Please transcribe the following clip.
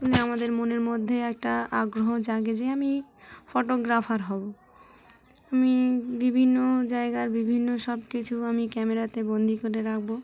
মানে আমাদের মনের মধ্যে একটা আগ্রহ জাগে যে আমি ফটোগ্রাফার হবো আমি বিভিন্ন জায়গার বিভিন্ন সব কিছু আমি ক্যামেরাতে বন্দি করে রাখব